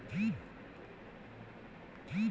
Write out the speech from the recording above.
सौंफ एक प्रकार का मसाला है जो हरे बीज के समान होता है